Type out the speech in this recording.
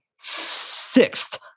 Sixth